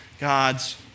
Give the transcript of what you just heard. God's